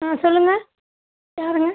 ஆ சொல்லுங்கள் யாருங்க